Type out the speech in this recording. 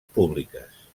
públiques